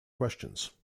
questions